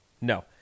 No